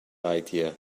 idea